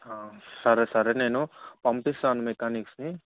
సరే సరే నేను పంపిస్తాను మెకానిక్స్ని